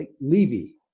Levy